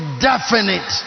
definite